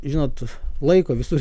žinot laiko visur